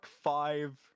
five